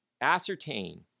ascertain